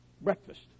breakfast